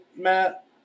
Matt